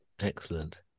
Excellent